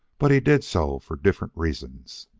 but he did so for different reasons.